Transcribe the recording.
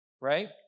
right